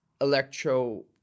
electro